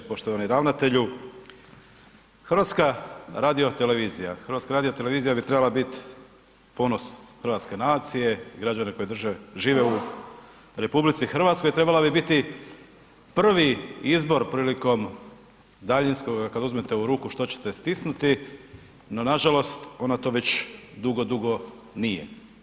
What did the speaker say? Poštovani ravnatelju, HRT, HRT bi trebala biti ponos hrvatske nacije, građana koji žive u RH, trebala bi biti prvi izbor prilikom daljinskoga kad uzmete u ruku što ćete stisnuti, no nažalost ona to već dugo, dugo nije.